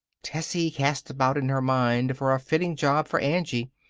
tessie cast about in her mind for a fitting job for angie.